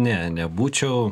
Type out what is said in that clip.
ne nebūčiau